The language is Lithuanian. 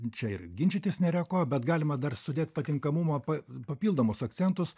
čia ir ginčytis nėra ko bet galima dar sudėti patinkamumo pa papildomus akcentus